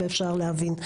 ואפשר להבין.